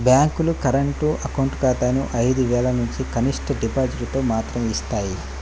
బ్యేంకులు current account ఖాతాని ఐదు వేలనుంచి కనిష్ట డిపాజిటుతో మాత్రమే యిస్తాయి